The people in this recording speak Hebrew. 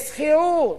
לשכירות,